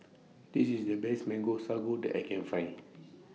This IS The Best Mango Sago that I Can Find